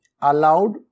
allowed